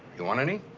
you want any?